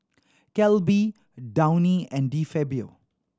Calbee Downy and De Fabio